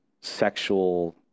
sexual